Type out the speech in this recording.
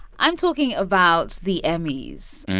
i'm talking about the emmys.